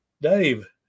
Dave